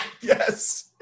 Yes